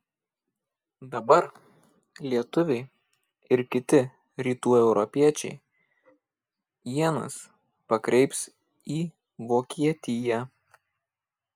dabar lietuviai ir kiti rytų europiečiai ienas pakreips į vokietiją